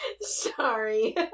Sorry